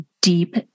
deep